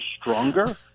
stronger